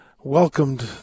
welcomed